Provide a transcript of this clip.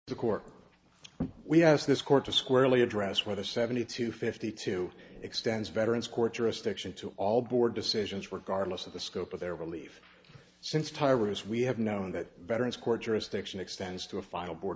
the court we asked this court to squarely address where the seventy two fifty two extends veterans court jurisdiction to all board decisions regardless of the scope of their relief since tyrus we have known that veterans court jurisdiction extends to a final board